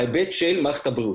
בהיבט של מערכת הבריאות.